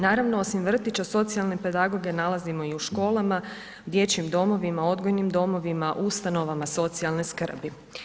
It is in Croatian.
Naravno, osim vrtića, socijalne pedagoge nalazimo i u školama, dječjim domovima, odgojnim domovima, ustanovama socijalne skrbi.